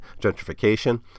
gentrification